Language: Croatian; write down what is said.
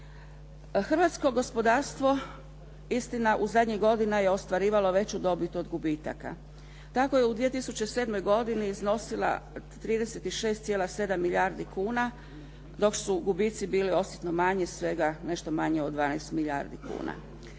Hrvatsko gospodarstvo istina u zadnjih godina je ostvarivalo veću dobit od gubitaka. Tako je u 2007. godini iznosila 36,7 milijardi kuna dok su gubici bili osjetno manji, svega nešto manje od 12 milijardi kuna.